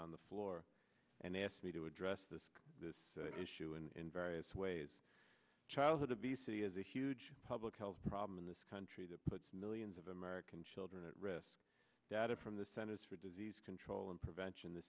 on the floor and asked me to address this this issue in various ways childhood obesity is a huge public health problem in this country that puts millions of american children at risk data from the centers for disease control and prevention the